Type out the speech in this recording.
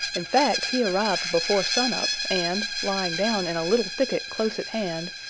in fact, he arrived before sun-up and, lying down in a little thicket close at hand,